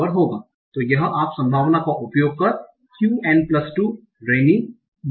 तो यह आप संभावना का उपयोग कर qn2 रैनी